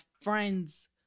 friends